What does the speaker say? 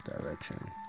direction